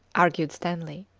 argued stanley.